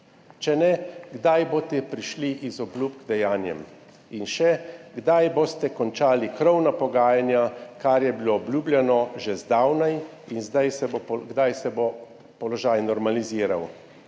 Če ne, kdaj boste prešli od obljub k dejanjem? Kdaj boste končali krovna pogajanja, kar je bilo obljubljeno že zdavnaj? Kdaj se bo položaj normaliziral?